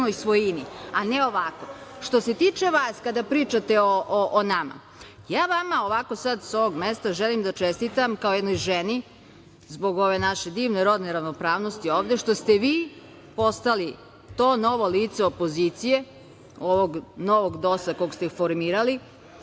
a ne ovako. Što se tiče vas, kada pričate o nama, ja vama ovako, sa ovog mesta želim da čestitam, kao jednoj ženi, zbog ove naše divne rodne ravnopravnosti ovde što ste vi postali to novo lice opozicije, ovog novog dos-a koga ste formirali